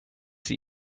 sie